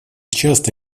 часто